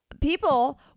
people